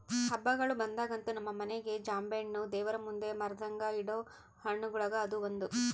ಹಬ್ಬಗಳು ಬಂದಾಗಂತೂ ನಮ್ಮ ಮನೆಗ ಜಾಂಬೆಣ್ಣು ದೇವರಮುಂದೆ ಮರೆದಂಗ ಇಡೊ ಹಣ್ಣುಗಳುಗ ಅದು ಒಂದು